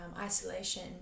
isolation